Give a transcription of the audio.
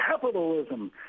capitalism